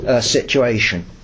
situation